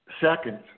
Second